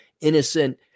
innocent